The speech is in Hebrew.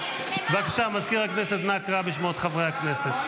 בבקשה, מזכיר הכנסת, נא קרא בשמות חברי הכנסת.